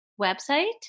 website